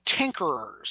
tinkerers